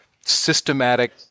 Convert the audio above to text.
systematic